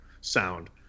sound